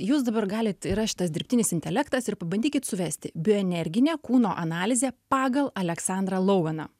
jūs dabar galit yra šitas dirbtinis intelektas ir pabandykite suvesti bio energinė kūno analizė pagal aleksandrą louveną